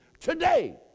today